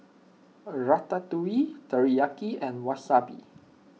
Ratatouille Teriyaki and Wasabi